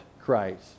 Christ